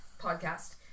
podcast